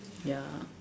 ya